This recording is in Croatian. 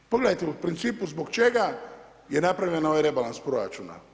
Pogledajte u principu zbog čega je napravljen ovaj rebalans proračuna?